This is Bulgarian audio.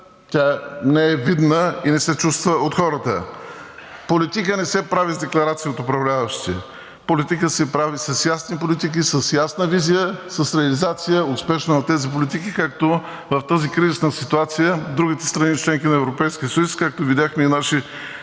Тя не е видна и не се чувства от хората. Политика не се прави с декларации от управляващите, а политика се прави с ясни политики, с ясна визия, с успешна реализация на тези политики. В тази кризисна ситуация другите страни – членки на Европейския съюз, както видяхме от нашите